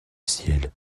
ciel